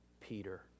Peter